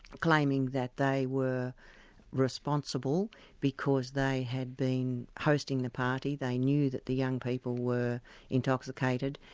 claiming that they were responsible because they had been hosting the party, they knew that the young people were intoxicated,